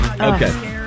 Okay